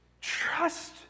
Trust